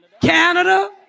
Canada